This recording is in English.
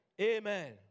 Amen